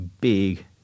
big